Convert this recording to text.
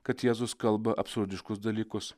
kad jėzus kalba absurdiškus dalykus